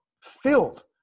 filled